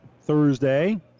Thursday